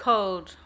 Cold